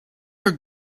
are